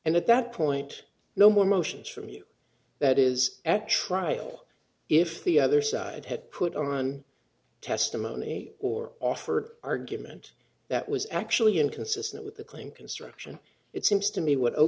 and at that point no more motions for me that is actuarial if the other side had put on testimony or offer argument that was actually inconsistent with the claim construction it seems to me what